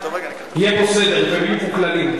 יהיה פה סדר ויהיו פה כללים.